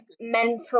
mental